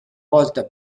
volta